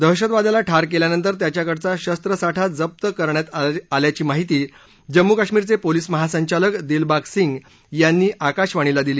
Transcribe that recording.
दहशतवाद्याला ठार केल्यानंतर त्याच्याकडचा शस्त्र साठा जप्त करण्यात आल्याची माहिती जम्मू कश्मीरचे पोलीस महासंचालक दिलबाग सिंग यांनी आकाशवाणीला दिली